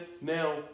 now